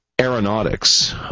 aeronautics